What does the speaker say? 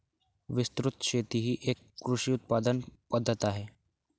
विस्तृत शेती ही एक कृषी उत्पादन पद्धत आहे